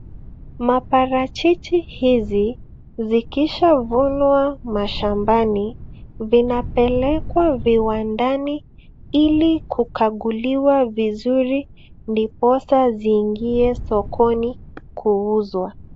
Maparachichi hizi, zikishavunwa mashambani, vinapelekwa viwandani ili kukaguliwa vizuri ndiposa ziingie sokoni kuuzwa.